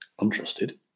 untrusted